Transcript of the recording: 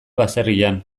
baserrian